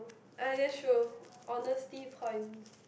ah that's true honesty points